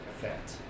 effect